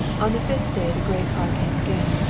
on the fifth day the gray car came again,